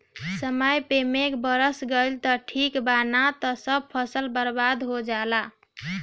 समय पे मेघ बरस गईल त ठीक बा ना त सब फसल बर्बाद हो जाला